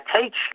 teach